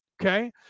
okay